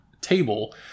table